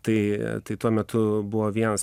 tai tai tuo metu buvo vienas